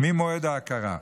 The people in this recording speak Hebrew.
ממועד ההכרה,